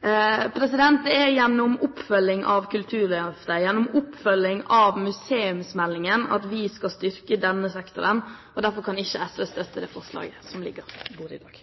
Det er gjennom oppfølging av Kulturløftet og gjennom oppfølging av museumsmeldingen at vi skal styrke denne sektoren. Derfor kan ikke SV støtte det forslaget som ligger på bordet i dag.